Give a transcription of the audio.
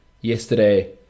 yesterday